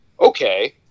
okay